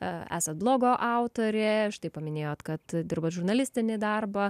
esat blogo autorė štai paminėjot kad dirbat žurnalistinį darbą